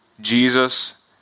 Jesus